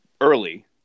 early